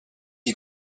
you